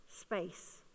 space